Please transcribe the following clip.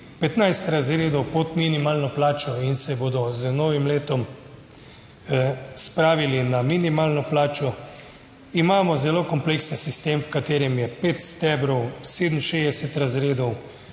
15 razredov pod minimalno plačo in se bodo z novim letom spravili na minimalno plačo. Imamo zelo kompleksen sistem, v katerem je 5 stebrov, 67 razredov,